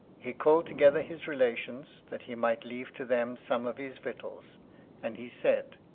he called together his relations, that he might leave to them some of his victuals and he said